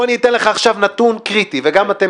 בוא אני אתן לך עכשיו נתון קריטי וגם לכם,